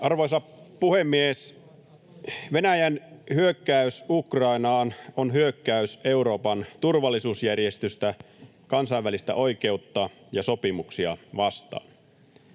Arvoisa puhemies! Venäjän hyökkäys Ukrainaan on hyökkäys Euroopan turvallisuusjärjestystä, kansainvälistä oikeutta ja sopimuksia vastaan.